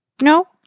No